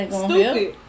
stupid